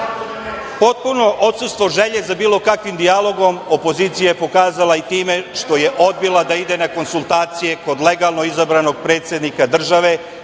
drugih. Potpuno odsustvo želje za bilo kakvim dijalogom opozicija je pokazala i time što je odbila da ide na konsultacije kod legalnog izabranog predsednika države